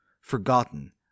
forgotten